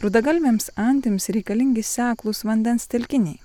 rudagalvėms antims reikalingi seklūs vandens telkiniai